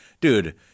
Dude